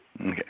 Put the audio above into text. Okay